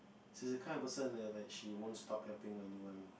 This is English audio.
she's the kind of person that like she won't stop helping anyone